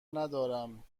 ندارم